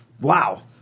Wow